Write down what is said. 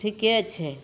ठिके छै